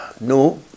No